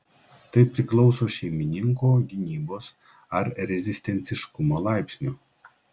tai priklauso šeimininko gynybos ar rezistentiškumo laipsnio